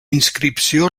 inscripció